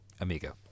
amigo